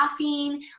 laughing